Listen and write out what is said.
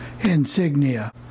Insignia